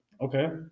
Okay